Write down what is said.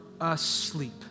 asleep